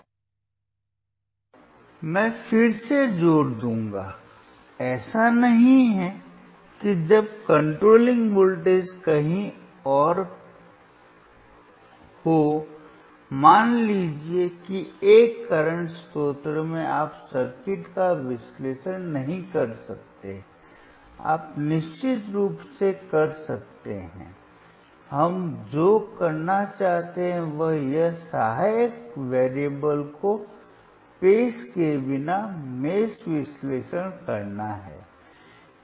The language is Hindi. अब मैं फिर से जोर दूंगाऐसा नहीं है कि जब कंट्रोलिंग वोल्टेज कहीं और होमान लीजिए कि एक करंट स्रोत में आप सर्किट का विश्लेषण नहीं कर सकते आप निश्चित रूप से कर सकते हैंlहम जो करना चाहते हैं वह सहायक चरों को पेश किए बिना मेष विश्लेषण करना है